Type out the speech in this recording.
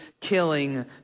killing